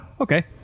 okay